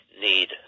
need